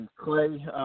Clay